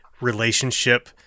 relationship